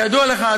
כידוע לך,